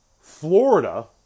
Florida